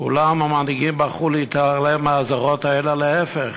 אולם המנהיגים בחרו להתעלם מהאזהרות האלה, ולהפך,